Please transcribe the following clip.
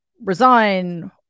resign